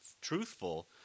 truthful